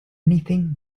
anything